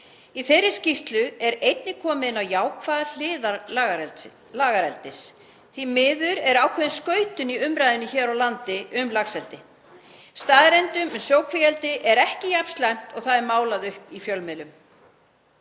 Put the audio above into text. Í þeirri skýrslu er einnig komið inn á jákvæðar hliðar lagareldis. Því miður er ákveðin skautun í umræðunni hér á landi um laxeldi. Staðreyndin er að sjókvíaeldi er ekki jafn slæmt og það er málað upp í fjölmiðlum.